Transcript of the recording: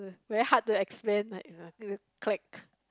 very hard to explain like the clique